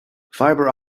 fibre